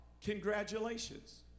Congratulations